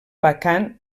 vacant